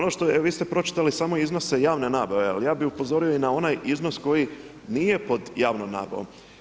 Vi ste pročitali samo iznose javne nabave, ali ja bi upozorio i na onaj iznos koji nije pod javnom nabavom.